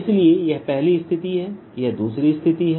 इसलिए यह पहली स्थिति है यह दूसरी स्थिति है